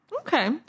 Okay